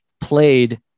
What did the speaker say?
played